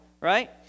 right